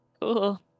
Cool